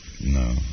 No